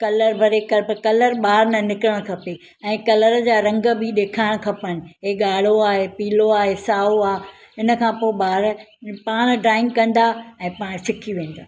colour भरे कर colour ॿाहिरि न निकरणु खपे ऐं कलर जा रंग बि ॾेखारणु खपनि ही ॻाढ़ो आहे ही पीलो आहे ही साओ आहे हिन खां पोइ ॿार पाण ड्राइंग कंदा ऐं पाण सिखी वेंदा